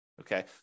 Okay